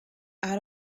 out